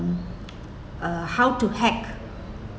uh how to hack